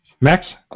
Max